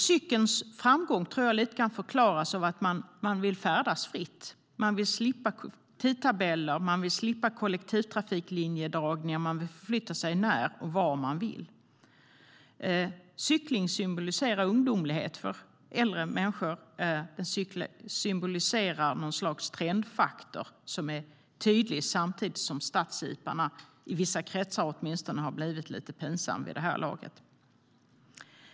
Cykelns framgång tror jag lite grann förklaras av att man vill färdas fritt. Man vill slippa tidtabeller. Man vill slippa kollektivtrafiklinjedragningar. Man vill förflytta sig när och var man vill. Cykling symboliserar ungdomlighet för äldre människor. En cykel symboliserar något slags trendfaktor som är tydlig samtidigt som stadsjeeparna, i vissa kretsar åtminstone, har blivit lite pinsamma vid det här laget.